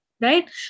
right